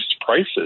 prices